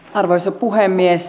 arvoisa puhemies